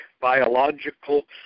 biological